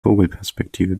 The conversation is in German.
vogelperspektive